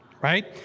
right